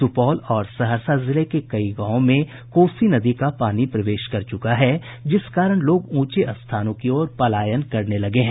सुपौल और सहरसा जिले के कई गांवों में कोसी नदी का पानी प्रवेश कर चुका है जिस कारण लोग ऊंचे स्थानों की ओर पलायन करने लगे हैं